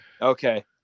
okay